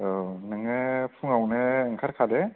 औ नोङो फुंआवनो ओंखार खादो